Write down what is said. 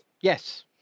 yes